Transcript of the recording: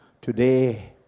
today